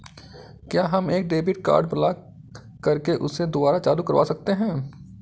क्या हम एक डेबिट कार्ड ब्लॉक करके उसे दुबारा चालू करवा सकते हैं?